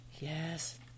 Yes